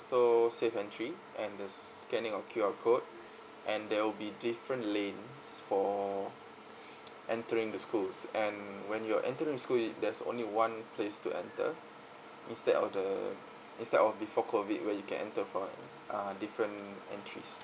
also safe entry and the scanning of Q_R code and there will be different lanes for entering the schools and when you are entering the school there's only one place to enter instead of the instead of before COVID when you can enter from uh different entries